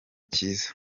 cyiza